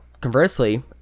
conversely